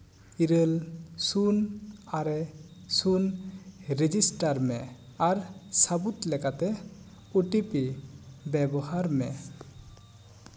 ᱤᱨᱟᱹᱞ ᱥᱩᱱ ᱟᱨᱮ ᱥᱩᱱ ᱨᱮᱡᱤᱥᱴᱟᱨ ᱢᱮ ᱟᱨ ᱥᱟᱹᱵᱩᱫ ᱞᱮᱠᱟᱛᱮ ᱳᱴᱤᱯᱤ ᱵᱮᱵᱚᱦᱟᱨ ᱢᱮ